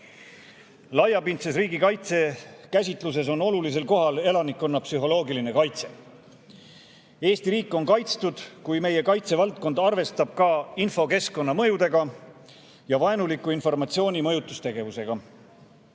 Laiapindses riigikaitsekäsitluses on olulisel kohal elanikkonna psühholoogiline kaitse. Eesti riik on kaitstud, kui meie kaitsevaldkond arvestab ka infokeskkonna mõjudega ja vaenuliku informatsiooni mõjutustegevusega.